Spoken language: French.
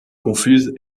confuse